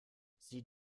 sie